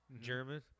German